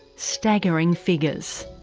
staggering figures.